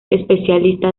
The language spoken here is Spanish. especialista